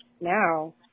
now